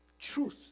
truth